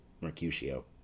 Mercutio